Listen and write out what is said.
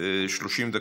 30 דקות.